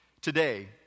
today